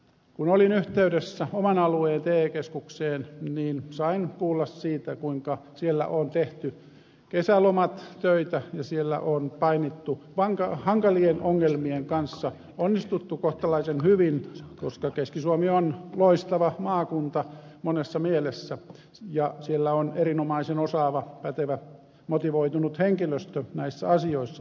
kun olin yhteydessä oman alueeni te keskukseen niin sain kuulla siitä kuinka siellä on tehty kesälomat töitä ja siellä on painittu hankalien ongelmien kanssa onnistuttu kohtalaisen hyvin koska keski suomi on loistava maakunta monessa mielessä ja siellä on erinomaisen osaava pätevä motivoitunut henkilöstö näissä asioissa